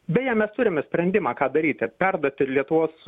beje mes turime sprendimą ką daryti perduoti lietuvos